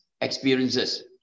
experiences